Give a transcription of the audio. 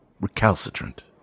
recalcitrant